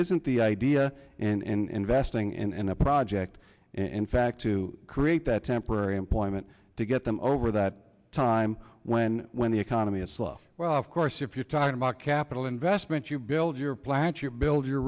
isn't the idea in vesting in a project in fact to create that temporary employment to get them over that time when when the economy is slow well of course if you're talking about capital investment you build your plant you build your